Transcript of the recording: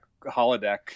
holodeck